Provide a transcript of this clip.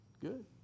good